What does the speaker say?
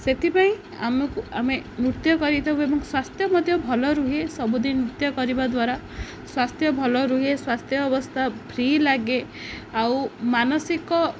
ସେଥିପାଇଁ ଆମକୁ ଆମେ ନୃତ୍ୟ କରିଥାଉ ଏବଂ ସ୍ୱାସ୍ଥ୍ୟ ମଧ୍ୟ ଭଲ ରୁହେ ସବୁଦିନ ନୃତ୍ୟ କରିବା ଦ୍ୱାରା ସ୍ୱାସ୍ଥ୍ୟ ଭଲ ରୁହେ ସ୍ୱାସ୍ଥ୍ୟ ଅବସ୍ଥା ଫ୍ରୀ ଲାଗେ ଆଉ ମାନସିକ